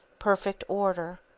perfect order,